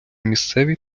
місцеві